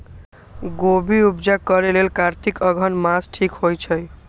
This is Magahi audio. गोभि उपजा करेलेल कातिक अगहन मास ठीक होई छै